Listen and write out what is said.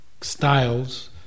styles